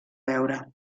veure